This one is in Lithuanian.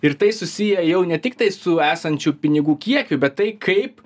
ir tai susiję jau ne tiktai su esančiu pinigų kiekiu bet tai kaip